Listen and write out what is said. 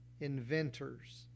inventors